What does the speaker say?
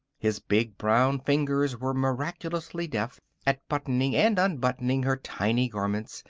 his big brown fingers were miraculously deft at buttoning and unbuttoning her tiny garments,